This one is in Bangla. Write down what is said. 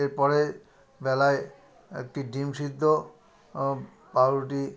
এরপরে বেলায় একটি ডিম সিদ্ধ পাউরুটি